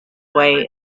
way